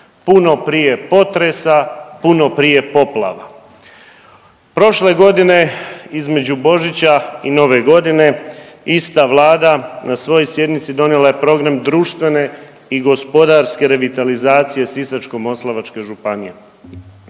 puno prije potresa, puno prije poplava. Prošle godine između Božića i nove godine ista Vlada na svojoj sjednici donijela je program društvene i gospodarske revitalizacije Sisačko-moslavačke županije